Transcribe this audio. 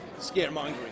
scaremongering